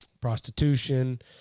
prostitution